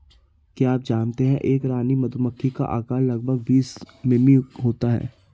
क्या आप जानते है एक रानी मधुमक्खी का आकार लगभग बीस मिमी होता है?